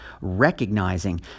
recognizing